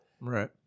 Right